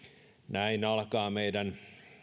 näin alkaa meidän